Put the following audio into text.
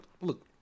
look